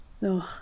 No